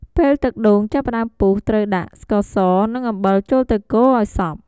ពេលទឹកដូងចាប់ផ្ដើមពុះ ត្រូវដាក់ ស្ករស និង អំបិល ចូលទៅកូរឱ្យសព្វ។